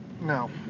No